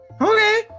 Okay